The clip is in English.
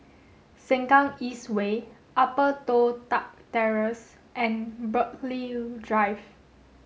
Sengkang East Way Upper Toh Tuck Terrace and Burghley Drive